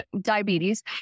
diabetes